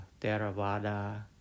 Theravada